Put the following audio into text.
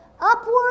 upward